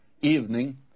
evening